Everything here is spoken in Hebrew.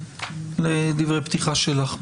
לדברי פתיחה שלך.